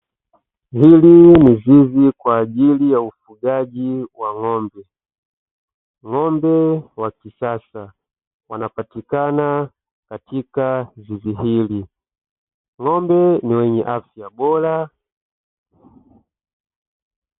Hili ni zizi kwa ajili ya ufungaji wa ng'ombe. Ng'ombe wa kisasa wanapatikana katika zizi hili. Ng'ombe ni wenye afya bora.